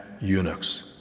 eunuchs